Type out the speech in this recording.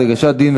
לזכויות הילד.